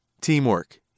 Teamwork